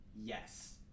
yes